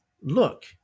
Look